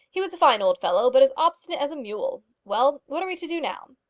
he was a fine old fellow, but as obstinate as a mule. well, what are we to do now?